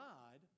God